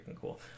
cool